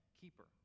keeper